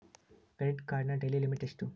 Credit ಕಾರ್ಡಿನ daily limit ಎಷ್ಟು?